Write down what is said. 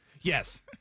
Yes